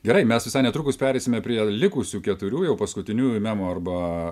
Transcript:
gerai mes visai netrukus pereisime prie likusių keturių jau paskutiniųjų memų arba